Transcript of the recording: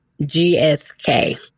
GSK